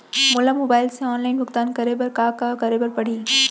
मोला मोबाइल से ऑनलाइन भुगतान करे बर का करे बर पड़ही?